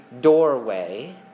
doorway